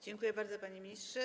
Dziękuję bardzo, panie ministrze.